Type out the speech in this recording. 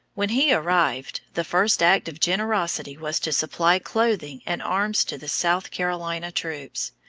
when he arrived, the first act of generosity was to supply clothing and arms to the south carolina troops,